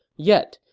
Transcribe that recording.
yet,